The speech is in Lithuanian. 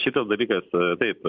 kitas dalykas taip